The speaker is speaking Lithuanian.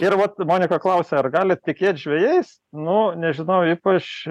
ir vat monika klausia ar galit tikėt žvejais nu nežinau ypač